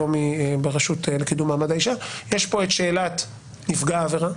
היום היא ברשות לקידום מעמד האישה יש פה את שאלת נפגע העבירה,